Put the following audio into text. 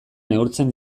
neurtzen